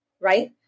right